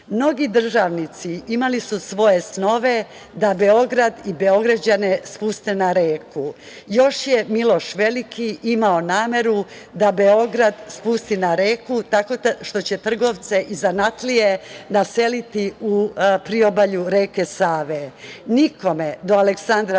državnici imali su svoje snove da Beograd i Beograđane spuste na reku, još je Miloš veliki imao nameru da Beograd spusti na reku tako što će trgovce i zanatlije naseliti u priobalju reke Save. Nikome do Aleksandra